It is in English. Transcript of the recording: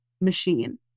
machine